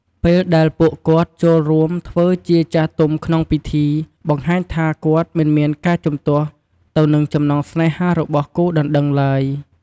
ពេលដែលពួកគាត់ចូលរួមធ្វើជាចាស់ទុំក្នុងពិធី បង្ហាញថាគាត់មិនមានការជំទាស់ទៅនឹងចំណងស្នេហារបស់គូដណ្ដឹងឡើយ។